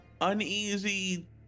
Uneasy